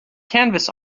canvas